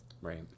Right